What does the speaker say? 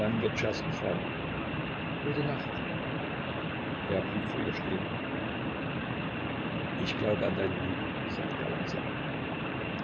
wann wird czerski fahren heute nacht er blieb vor ihr stehen ich glaube an deine liebe sagte er langsam